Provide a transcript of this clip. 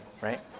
right